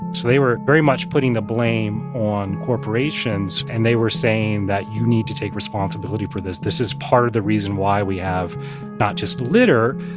they were very much putting the blame on corporations and they were saying that you need to take responsibility for this. this is part of the reason why we have not just litter,